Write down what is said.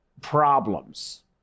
problems